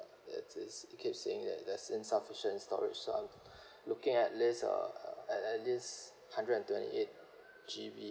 it's it's it keep saying that there's insufficient storage so I'm looking at least uh at at least hundred and twenty eight G_B